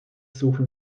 suchen